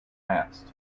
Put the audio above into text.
passed